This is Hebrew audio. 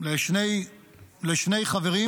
לשני חברים